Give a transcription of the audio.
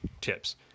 tips